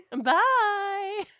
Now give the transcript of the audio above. Bye